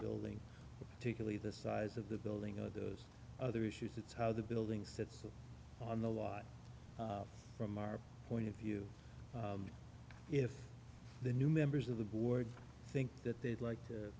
building particularly the size of the building or those other issues it's how the building sits on the lot from our point of view if the new members of the board think that they'd like to